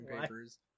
papers